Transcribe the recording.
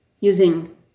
using